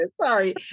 Sorry